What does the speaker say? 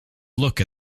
look